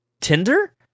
tinder